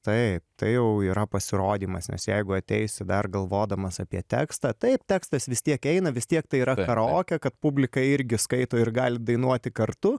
taip tai jau yra pasirodymas nes jeigu ateisi dar galvodamas apie tekstą taip tekstas vis tiek eina vis tiek tai yra karaoke kad publika irgi skaito ir gali dainuoti kartu